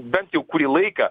bent jau kurį laiką